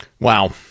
wow